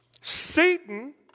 Satan